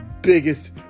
biggest